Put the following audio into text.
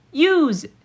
use